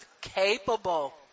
capable